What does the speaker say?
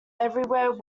everywhere